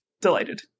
Delighted